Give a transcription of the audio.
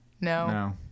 No